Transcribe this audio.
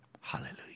Hallelujah